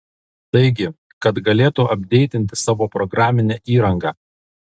taigi kad galėtų apdeitinti savo programinę įranga